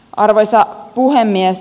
arvoisa puhemies